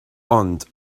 ond